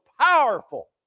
powerful